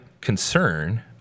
concern